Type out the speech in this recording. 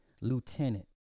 lieutenant